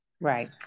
Right